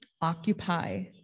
occupy